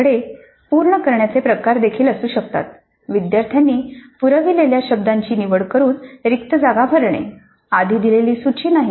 आपल्याकडे पूर्ण करण्याचे प्रकार देखील असू शकतात विद्यार्थ्यांनी पुरविलेल्या शब्दांची निवड करून रिक्त जागा भरणे आधी दिलेली सूची नाही